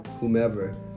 whomever